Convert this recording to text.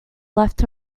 left